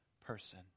person